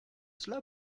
cela